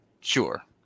Sure